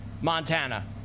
Montana